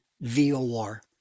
VOR